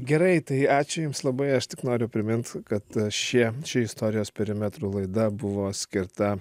gerai tai ačiū jums labai aš tik noriu primint kad a šie ši istorijos perimetru laida buvo skirta